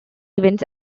events